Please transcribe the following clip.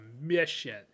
mission